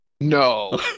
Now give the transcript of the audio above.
No